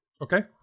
Okay